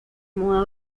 moda